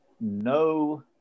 no